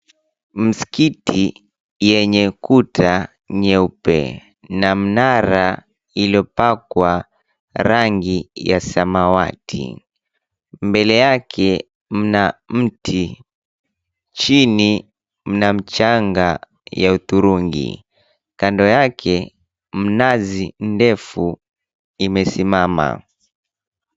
Msikiti yenye kuta nyeupe na mnara iliyopakwa rangi ya samawati. Mbele yake mna mti. Chini mna mchanga ya hudhurungi. Kando yake mnazi ndefu imesimama.